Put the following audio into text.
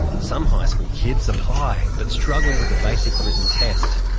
some high school kids apply but struggle with the basic written test.